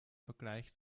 vergleich